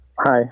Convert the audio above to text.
hi